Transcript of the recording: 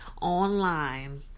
online